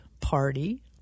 party